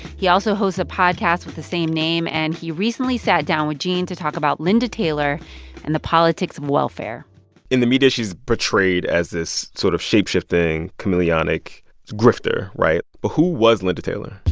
he also hosts a podcast with the same name. and he recently sat down with gene to talk about linda taylor and the politics of welfare in the media, she's portrayed as this sort of shapeshifting, chameleonic grifter, right? but who was linda taylor?